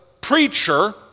preacher